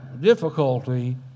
difficulty